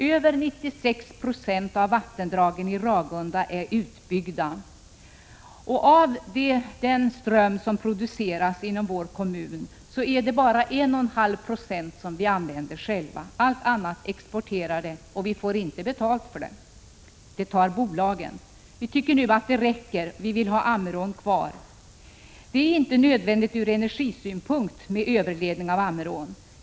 Över 96 I0 av vattendragen i Ragunda är utbyggda. Av den ström som produceras i Ragunda kommun är det bara 1,5 76 som vi som bor där själva använder. All annan el exporteras, och den får vi inte betalt för. Det är bolagen som tar betalt. Vi tycker nu att man har tagit tillräckligt. Vi vill ha Ammerån kvar. Ur energisynpunkt är det inte nödvändigt att åstadkomma en överledning av Ammerån.